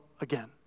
again